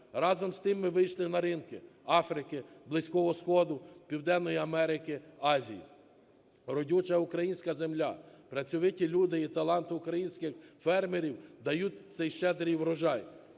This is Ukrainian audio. Разом з тим ми вийшли на ринки Африки, Близького Сходу, Південної Америки, Азії. Родюча українська земля, працьовиті люди і талант українських фермерів дають цей щедрий врожай.